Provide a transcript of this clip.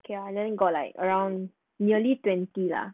okay lah then got like around nearly twenty lah